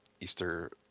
Easter